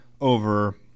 over